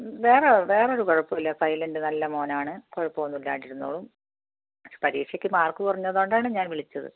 വേറെ വേറെ ഒരു കുഴപ്പം ഇല്ല സൈലന്റ് നല്ല മോൻ ആണ് കുഴപ്പം ഒന്നും ഇല്ലാണ്ടു ഇരുന്നോളും പരീക്ഷ്യ്ക് മാർക്ക് കുറഞ്ഞത് കൊണ്ടാണ് ഞാൻ വിളിച്ചത്